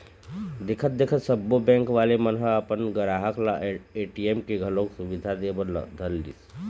देखथे देखत सब्बो बेंक वाले मन ह अपन गराहक ल ए.टी.एम के घलोक सुबिधा दे बर धरलिस